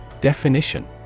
definition